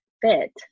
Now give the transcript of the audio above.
fit